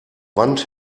wand